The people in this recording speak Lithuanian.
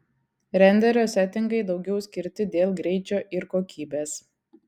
renderio setingai daugiau skirti dėl greičio ir kokybės